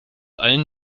allen